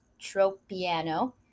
tropiano